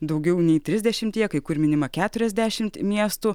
daugiau nei trisdešimtyje kai kur minima keturiasdešimt miestų